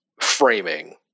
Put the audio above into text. framing